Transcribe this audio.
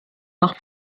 nach